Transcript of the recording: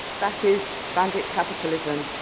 that is bandit capitalism.